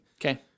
okay